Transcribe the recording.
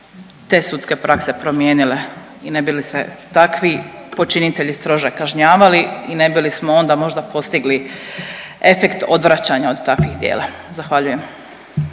te sudske prakse promijenile i ne bi li se takvi počinitelji strože kažnjavali i ne bi li smo onda možda postigli efekt odvraćanja od takvih djela, zahvaljujem.